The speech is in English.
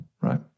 right